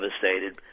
devastated